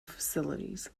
facilities